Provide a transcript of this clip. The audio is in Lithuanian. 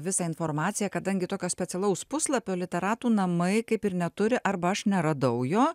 visą informaciją kadangi tokio specialaus puslapio literatų namai kaip ir neturi arba aš neradau jo